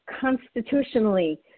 constitutionally